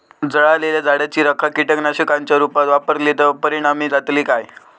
जळालेल्या झाडाची रखा कीटकनाशकांच्या रुपात वापरली तर परिणाम जातली काय?